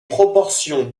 proportions